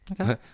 Okay